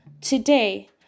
Today